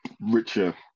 richer